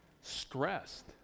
stressed